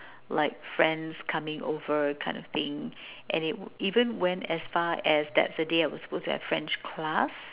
like friends coming over kind of thing and it even went as far as that's the day that I was supposed to have French class